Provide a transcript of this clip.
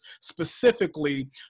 specifically